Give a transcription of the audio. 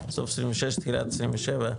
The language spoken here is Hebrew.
תחילת 27,